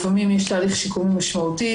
לפעמים יש הליך שיקום משמעותי.